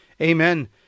Amen